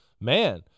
man